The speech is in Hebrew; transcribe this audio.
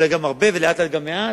אולי גם הרבה, ולאט-לאט גם מעט,